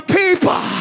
people